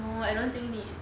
no I don't think